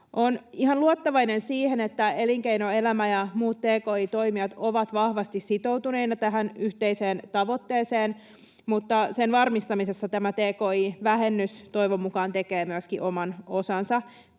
Olen ihan luottavainen, että elinkeinoelämä ja muut tki-toimijat ovat vahvasti sitoutuneina tähän yhteiseen tavoitteeseen, mutta sen varmistamisessa tämä tki-vähennys toivon mukaan tekee myöskin oman osansa.